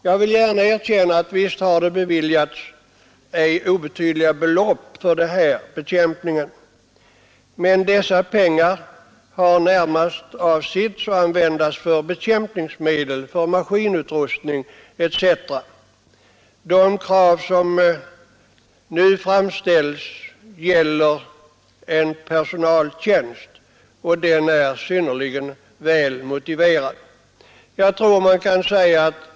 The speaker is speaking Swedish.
Jag vill gärna erkänna att det har beviljats ett ej obetydligt belopp för denna bekämpning. Men dessa pengar har närmast varit avsedda att användas till bekämpningsmedel, till maskinutrustning etc. Det krav som nu framställs gäller en personaltjänst, och den är synnerligen välmotive rad.